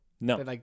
No